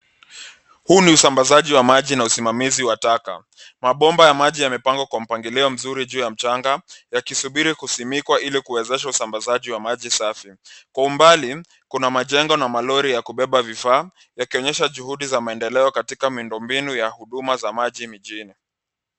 Huu ni usambazaji wa maji na usimamizi wa taka . Mabomba ya maji yamepangwa kwa mpangilio mzuri juu ya mchanga yakisubiri kusimikwa ili kuwezesha usambazaji wa maji safi ,kwa umbali kuna majengo na malori ya kubeba vifaa yakionyesha juhudi za maendeleo katika miundo mbinu ya huduma za maji mijini.